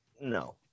No